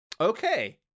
Okay